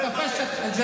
בעלי בית.